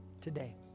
today